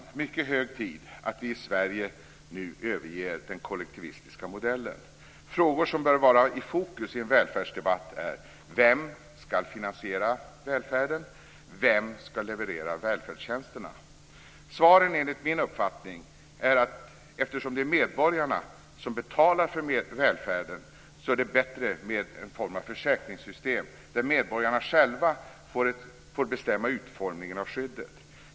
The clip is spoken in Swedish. Det är mycket hög tid att vi i Sverige överger den kollektivistiska modellen. Frågor som bör vara i fokus i en välfärdsdebatt är: Vem ska finansiera välfärden och vem ska leverera välfärdstjänsterna? Svaren är enligt min uppfattning att eftersom det är medborgarna som betalar för välfärden, är det bättre med en form av försäkringssystem, där medborgarna själva får bestämma utformningen av skyddet.